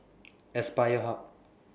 Aspire Hub